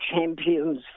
champions